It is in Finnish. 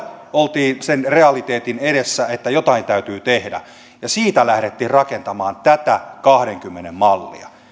oltiin sen realiteetin edessä että jotain täytyy tehdä ja siitä lähdettiin rakentamaan tätä kahdenkymmenen mallia